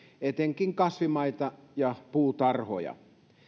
etenkin kasvimaita ja puutarhoja